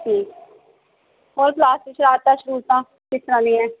ਜੀ ਹੋਰ ਕਲਾਸ 'ਚ ਸ਼ਰਾਰਤਾਂ ਸ਼ਰੁਰਤਾਂ ਕਿਸ ਤਰ੍ਹਾਂ ਦੀਆਂ ਐਂ